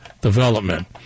development